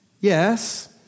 yes